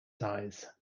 size